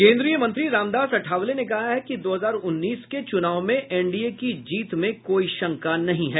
केन्द्रीय मंत्री रामदास अठावले ने कहा है कि दो हजार उन्नीस के चूनाव में एनडीए की जीत में कोई शंका नहीं है